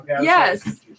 Yes